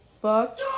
fuck